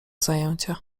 zajęcia